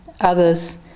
others